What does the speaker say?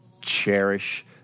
cherish